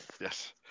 Yes